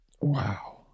Wow